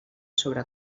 sobre